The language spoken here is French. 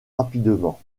rapidement